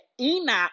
Enoch